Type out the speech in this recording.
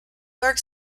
york